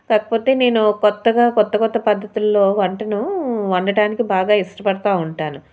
కాకపోతే నేను కొత్తగా కొత్త కొత్త పద్ధతుల్లో వంటను వండటానికి బాగా ఇష్టపడుతూ ఉంటాను